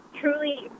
truly